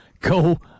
go